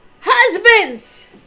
husbands